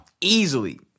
Easily